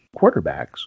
quarterbacks